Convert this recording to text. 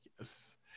Yes